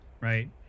Right